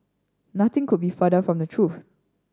nothing could be further from the truth